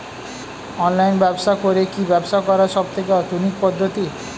Online ব্যবসা করে কি ব্যবসা করার সবথেকে আধুনিক পদ্ধতি?